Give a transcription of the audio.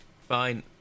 fine